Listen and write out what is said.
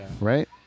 Right